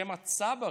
שהם הצברים,